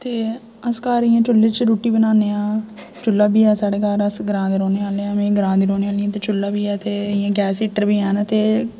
ते अस घर इंया चुल्ली च रूट्टी बनाने आं चुल्ला बी ऐ साढ़े घर अस ग्रांऽ दे रौह्ने आह्ले आं मी ग्रांऽ दी रौह्नी आह्ली ते चुल्ला बी ऐ ते इंया गैस हीटर बी हैन ते